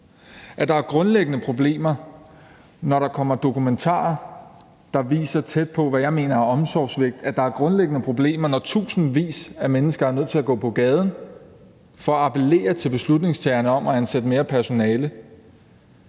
der er grundlæggende problemer, når der kommer dokumentarer, der viser, tæt på, hvad jeg mener er omsorgssvigt, og fordi der er grundlæggende problemer, når tusindvis af mennesker er nødt til at gå på gaden for at appellere til beslutningstagerne om at ansætte mere personale.